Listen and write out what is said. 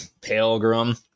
Pilgrim